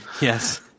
Yes